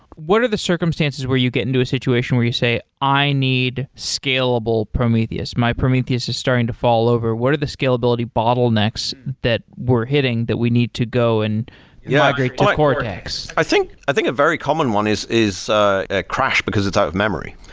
what are the circumstances where you get into a situation where you say, i need scalable prometheus. my prometheus is starting to fall over. what are the scalability bottlenecks that we're hitting that we need to go and yeah migrate to cortex? i think i think a very common one is is ah a crash, because it's out of memory,